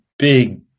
Big